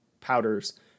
powders